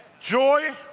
Joy